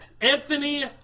Anthony